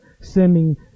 sending